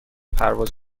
پرواز